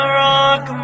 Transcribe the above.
rock